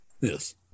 Yes